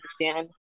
understand